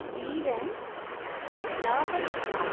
Dheeran Lavanika